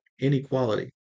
inequality